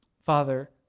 Father